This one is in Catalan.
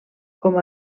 com